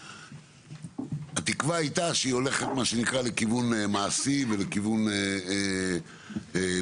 כשהתקווה הייתה שהיא הולכת לכיוון מעשי ולכיוון ביצוע,